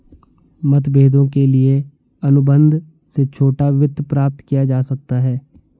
मतभेदों के लिए अनुबंध से छोटा वित्त प्राप्त किया जा सकता है